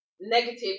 negative